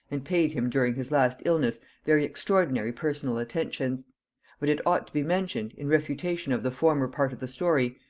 and paid him during his last illness very extraordinary personal attentions but it ought to be mentioned, in refutation of the former part of the story,